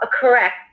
correct